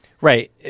Right